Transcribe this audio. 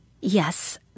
Yes